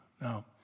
Now